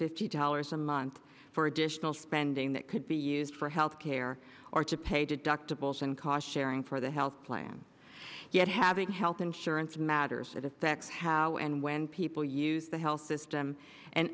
fifty dollars a month for additional spending that could be used for health care or to pay deductibles and cochere ing for the health plan yet having health insurance matters it affects how and when people use the health system and